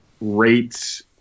rates